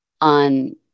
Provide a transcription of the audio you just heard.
on